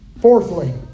Fourthly